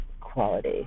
quality